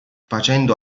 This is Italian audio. facendo